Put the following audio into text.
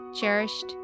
cherished